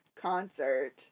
concert